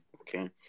Okay